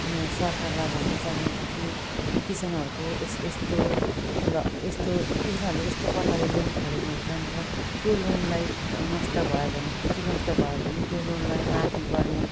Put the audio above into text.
उयो सरकारलाई भन्नु चाहन्छु कि किसानहरूको यस यस्तो ल यस्तो किसानहरूले यस्तो प्रकारले लोन खोलेको हुन्छन् र त्यो लोनलाई नष्ट भयो भने खेती नष्ट भयो भने त्यो लोनलाई त माफी गर्ने